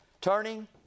turning